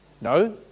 No